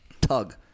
tug